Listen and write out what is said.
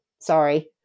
Sorry